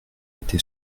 été